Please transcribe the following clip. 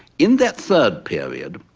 in that third period,